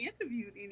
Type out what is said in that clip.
interviewed